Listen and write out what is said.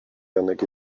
janek